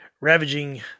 ravaging